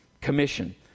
commission